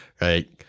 right